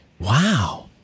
Wow